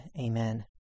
Amen